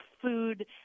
food